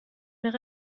mehr